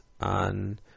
on